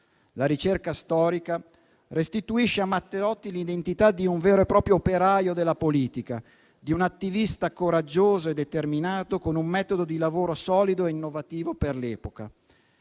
La ricerca storica restituisce a Matteotti l'identità di un vero e proprio operaio della politica, di un attivista coraggioso e determinato, con un metodo di lavoro solido e innovativo per l'epoca.